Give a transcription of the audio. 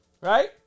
right